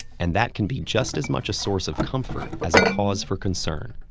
and that can be just as much a source of comfort as a cause for concern.